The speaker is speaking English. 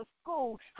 school